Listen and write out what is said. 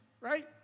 right